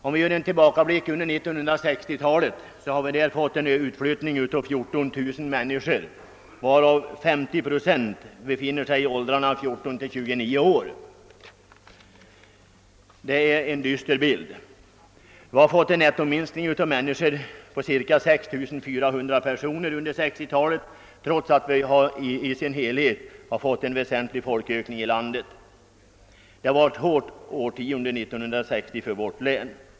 Om vi ser tillbaka på 1960-talet finner vi att 14 000 människor då har flyttat ut ur länet. 50 procent av dem är i åldrarna 14—29 år. Detta är en dyster bild. Nettominskningen i invånarantalet har under 1960-talet varit 6 400 personer i Värmlands län trots att folkökningen i landet i dess helhet varit väsentlig. 1960-talet var sålunda ett hårt årtionde för vårt län.